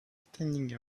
standing